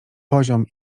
poziom